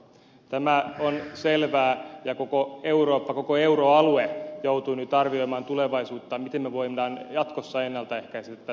tämä on selvää ja koko eurooppa koko euroalue joutuu nyt arvioimaan tulevaisuuttaan miten voidaan jatkossa ennalta ehkäistä tämän kaltaisia tilanteita